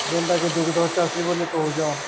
ଯେନ୍ଟାକି ଦୁଗ୍ଧ ଚାଷୀ ବୋଲି କହୁଛ